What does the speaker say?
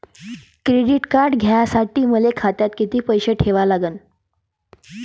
Credit card घ्यासाठी मले खात्यात किती पैसे ठेवा लागन?